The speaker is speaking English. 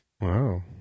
Wow